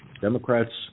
Democrats